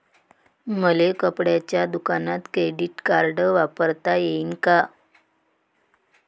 मले कपड्याच्या दुकानात क्रेडिट कार्ड वापरता येईन का?